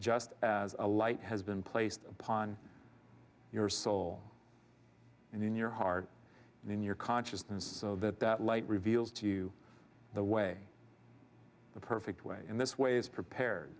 just as a light has been placed upon your soul and in your heart and in your consciousness so that that light reveals to you the way the perfect way in this way is prepared